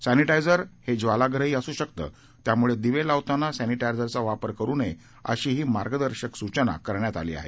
सर्विटायजर हे ज्वालाग्रही असू शकते त्यामुळे दिवे लावताना सर्विटायजरचा वापर करू नये अशीही मार्गदर्शक सूचना केली आहे